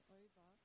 over